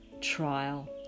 trial